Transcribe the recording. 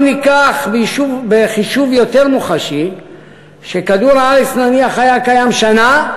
אם ניקח בחישוב יותר מוחשי שכדור-הארץ היה קיים נניח שנה,